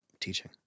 teaching